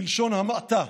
בלשון המעטה.